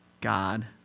God